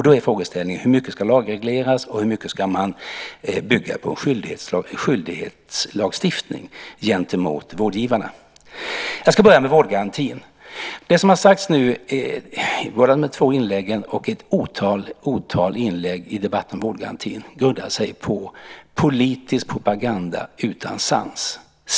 Då är frågan: Hur mycket ska lagregleras, och hur mycket ska man bygga på en skyldighetslagstiftning gentemot vårdgivarna? Jag ska börja med vårdgarantin. Det som sagts här i de båda tilläggen men också i ett otal inlägg i debatten om vårdgarantin grundas på politisk propaganda utan sans.